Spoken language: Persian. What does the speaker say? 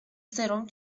سرم